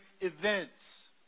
events